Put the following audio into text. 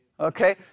Okay